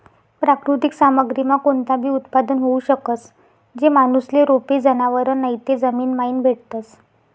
प्राकृतिक सामग्रीमा कोणताबी उत्पादन होऊ शकस, जे माणूसले रोपे, जनावरं नैते जमीनमाईन भेटतस